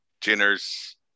Jenner's